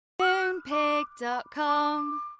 Moonpig.com